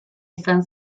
izan